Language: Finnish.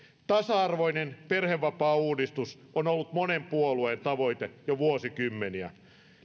tasa arvoinen perhevapaauudistus on ollut monen puolueen tavoite jo vuosikymmeniä